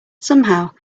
somehow